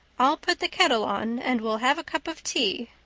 i'll put the kettle on and we'll have a cup of tea.